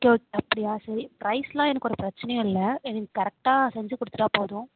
okay அப்படியா சரி ப்ரைஸ்லாம் எனக்கு ஒரு பிரச்சனையே எங்களுக்கு கரெக்ட்டாக செஞ்சு கொடுத்துட்டா போதும்